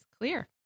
Clear